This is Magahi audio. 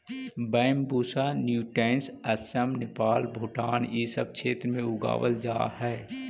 बैंम्बूसा नूटैंस असम, नेपाल, भूटान इ सब क्षेत्र में उगावल जा हई